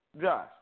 Josh